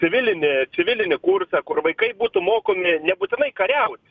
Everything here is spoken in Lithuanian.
civilinė civilinį kursą kur vaikai būtų mokomi nebūtinai kariaut